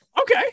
Okay